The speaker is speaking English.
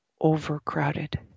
overcrowded